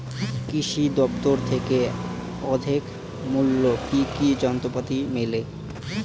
কৃষি দফতর থেকে অর্ধেক মূল্য কি কি যন্ত্রপাতি মেলে?